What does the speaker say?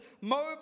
mobile